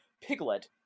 Piglet